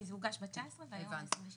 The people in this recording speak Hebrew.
כי זה הוגש ב-19 והיום ה-26.